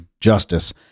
justice